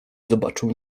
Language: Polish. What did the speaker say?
zobaczył